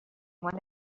one